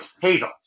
Hazel